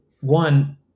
one